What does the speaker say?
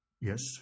Yes